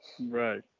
Right